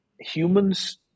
humans